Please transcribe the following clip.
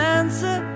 answer